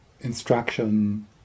instruction